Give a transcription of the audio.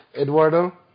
Eduardo